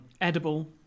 Edible